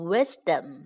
Wisdom